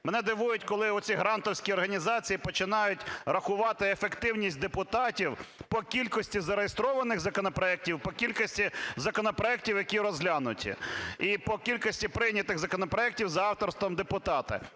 Мене дивують, коли оці грантовські організації починають рахувати ефективність депутатів по кількості зареєстрованих законопроектів, по кількості законопроектів, які розглянуті, і по кількості прийнятих законопроектів за авторством депутата.